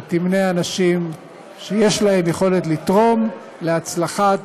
שתמנה אנשים שיש להם יכולת לתרום להצלחת